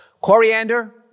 Coriander